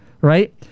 right